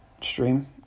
stream